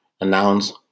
announce